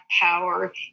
power